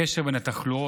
הקשר בין התחלואה